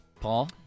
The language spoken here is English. Paul